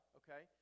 okay